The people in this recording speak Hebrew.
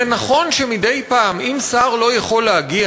זה נכון שמדי פעם אם שר לא יכול להגיע,